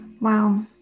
Wow